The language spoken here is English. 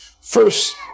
first